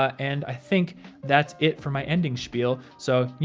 ah and i think that's it for my ending spiel. so, yeah